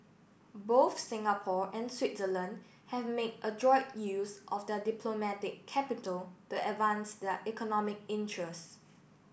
both Singapore and Switzerland have made adroit use of their diplomatic capital to advance their economic interests